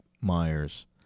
Myers